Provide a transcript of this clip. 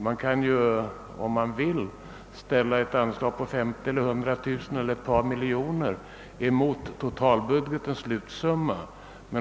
Man kan, om man vill, ställa ett anslag på 50000, 100 000 eller ett par miljoner kronor emot totalbudgetens slutsumma.